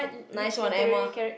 nice one Emma